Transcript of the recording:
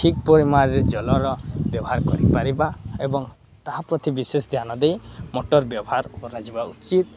ଠିକ୍ ପରିମାଣରେ ଜଳର ବ୍ୟବହାର କରିପାରିବା ଏବଂ ତାହା ପ୍ରତି ବିଶେଷ ଧ୍ୟାନ ଦେଇ ମଟର୍ ବ୍ୟବହାର କରାଯିବା ଉଚିତ୍